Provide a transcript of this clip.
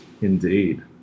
Indeed